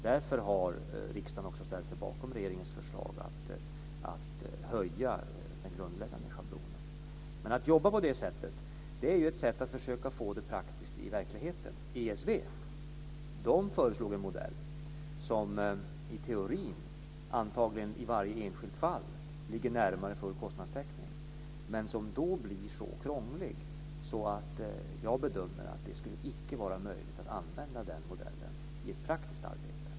Därför har riksdagen ställt sig bakom regeringens förslag att höja den grundläggande schablonen. Att jobba på detta sätt är ett sätt att få det hela praktiskt i verkligheten. ESV föreslog en modell som i teorin antagligen i varje enskilt fall ligger närmare full kostnadstäckning men som då blir så krånglig att jag bedömer att det inte skulle vara möjligt att använda den modellen i ett praktiskt arbete.